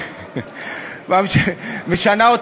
המשמעות